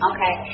Okay